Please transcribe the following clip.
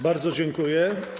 Bardzo dziękuję.